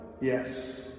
Yes